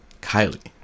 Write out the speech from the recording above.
Kylie